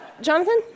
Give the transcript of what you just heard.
Jonathan